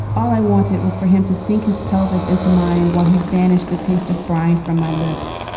all i wanted was for him to sink his pelvis into mine while he vanished, the taste of brined from my lips.